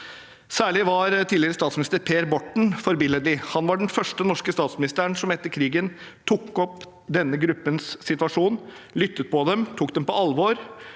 Særlig var tidligere statsminister Per Borten forbilledlig. Han var den første norske statsministeren som etter krigen tok opp denne gruppens situasjon, lyttet til dem, tok dem på alvor